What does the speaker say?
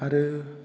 आरो